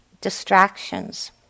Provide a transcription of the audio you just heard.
distractions